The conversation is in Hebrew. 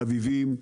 באביבים,